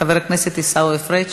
חבר הכנסת עיסאווי פריג'.